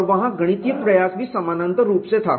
और वहां गणितीय प्रयास भी समानांतर रूप से था